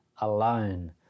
alone